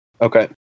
Okay